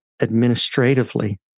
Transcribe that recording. administratively